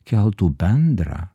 keltų bendrą